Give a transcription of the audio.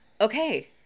Okay